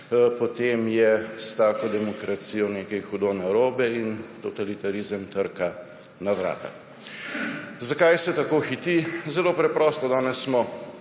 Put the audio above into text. potem je s takšno demokracijo nekaj hudo narobe in totalitarizem trka na vrata. Zakaj se tako hiti? Zelo preprosto, danes smo